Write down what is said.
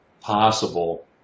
possible